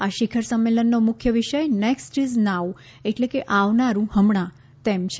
આ શિખર સંમેલનનો મુખ્ય વિષય નેકસ્ટ ઇઝ નાઉ એટલે કે આવનારૂ હમણા તેમ છે